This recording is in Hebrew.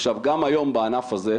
עכשיו, גם היום בענף הזה,